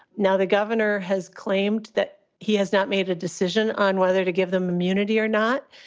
now, the governor has claimed that he has not made a decision on whether to give them immunity or not,